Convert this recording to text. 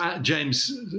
James